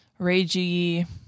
Ragey